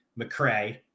McRae